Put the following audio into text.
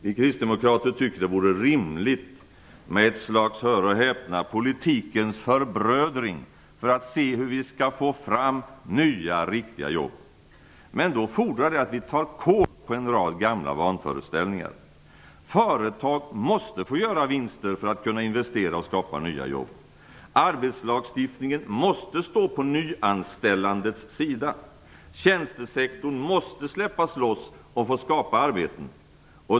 Vi kristdemokrater tycker - hör och häpna - att det vore rimligt med ett slags politikens förbrödring för att se hur vi kan få fram nya riktiga jobb. Men det fordrar att vi tar kol på en rad gamla vanföreställningar. Företag måste få göra vinster för att kunna investera och skapa nya jobb. Arbetslagstiftningen måste stå på nyanställandets sida. Tjänstesektorn måste släppas loss och få skapa arbete.